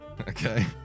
okay